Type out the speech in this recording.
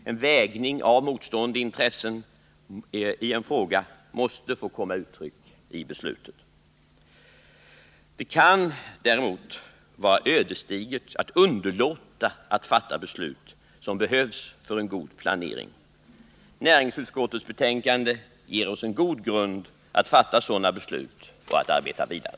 En vägning av de motstående intressena i en fråga måste få komma till uttryck i beslutet. Det kan däremot vara ödesdigert att underlåta att fatta beslut som behövs för en god planering. Näringsutskottets betänkande ger oss en god grund för att fatta sådana beslut och för att arbeta vidare.